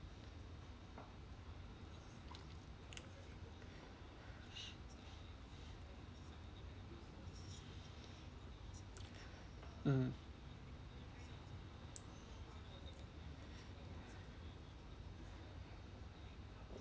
mm